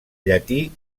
llatí